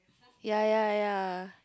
ya ya ya